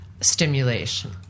stimulation